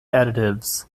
additives